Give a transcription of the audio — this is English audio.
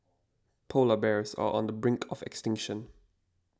Polar Bears are on the brink of extinction